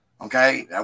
Okay